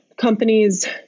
companies